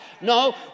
No